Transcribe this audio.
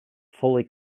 fully